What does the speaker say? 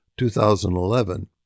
2011